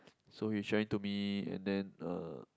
so he was sharing to me and then uh